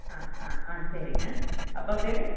ஆ ஆ ஆ சரிங்க அப்பா பேர்